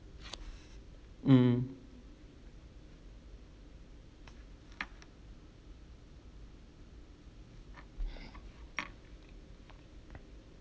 mm